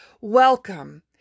Welcome